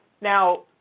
Now